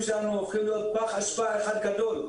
שלנו הולכים להיות פח אשפה אחד גדול.